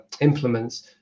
implements